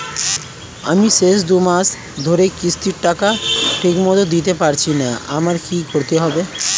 আমি শেষ দুমাস ধরে কিস্তির টাকা ঠিকমতো দিতে পারছিনা আমার কি করতে হবে?